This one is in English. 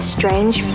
Strange